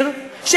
במהירות,